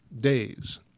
days